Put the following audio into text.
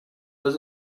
was